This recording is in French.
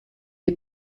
est